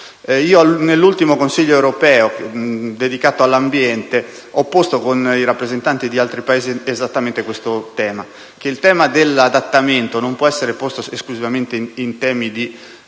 Nell'ultimo Consiglio europeo dedicato all'ambiente, ho sollevato con i rappresentanti di altri Paesi esattamente questo tema: la questione dell'adattamento non può essere esclusivamente posta in